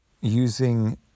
using